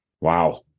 Wow